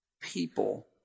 people